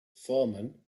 foreman